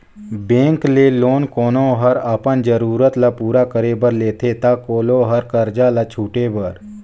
bank ले loan कोनो हर अपन जरूरत ल पूरा करे बर लेथे ता कोलो हर करजा ल छुटे बर